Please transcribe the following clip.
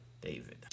David